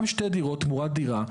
גם שתי דירות תמורת דירה,